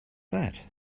that